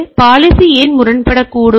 எனவே பாலிசி ஏன் முரண்படக்கூடும்